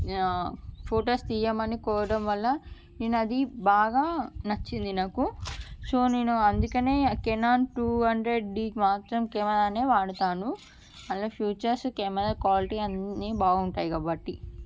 photos తీయమని కోరడం వల్ల నేను అది బాగా నచ్చింది నాకు సో నేను అందుకనే కెనాన్ టూ హండ్రెండ్ డి మాత్రం కెమెరానే వాడుతాను అంద్లో ఫీచర్స్ కెమెరా క్వాలిటీ అన్ని బాగుంటాయి కాబట్టి